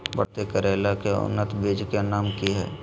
बरसाती करेला के उन्नत बिज के नाम की हैय?